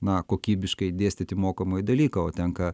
na kokybiškai dėstyti mokomąjį dalyką o tenka